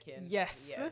Yes